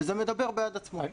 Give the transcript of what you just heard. וזה מדבר בעד עצמו.